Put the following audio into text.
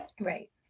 Right